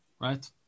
right